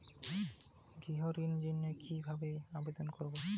গৃহ ঋণ জন্য কি ভাবে আবেদন করব?